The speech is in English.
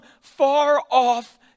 far-off